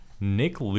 Nick